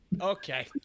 Okay